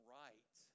right